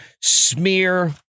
smear